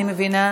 אני מבינה.